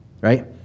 right